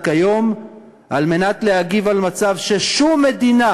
כיום על מנת להגיב על מצב ששום מדינה,